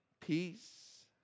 peace